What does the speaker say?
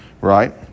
right